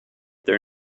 their